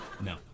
No